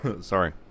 Sorry